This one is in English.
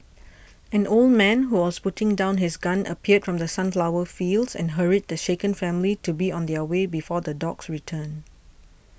an old man who was putting down his gun appeared from the sunflower fields and hurried the shaken family to be on their way before the dogs return